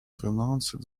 financed